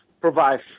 provide